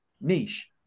niche